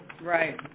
Right